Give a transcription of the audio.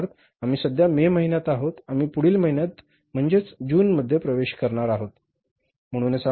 उदाहरणार्थ आम्ही सध्या मे महिन्यात आहोत आम्ही पुढील महिन्यात जून मध्ये प्रवेश करणार आहोत